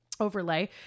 overlay